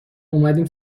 اومدیم